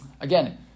again